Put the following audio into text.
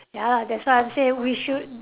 ya lah that's why I say we should